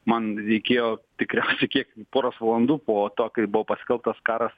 man reikėjo tikriausiai kiek poros valandų po to kai jau buvo paskelbtas karas